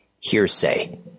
hearsay